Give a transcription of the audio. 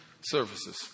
services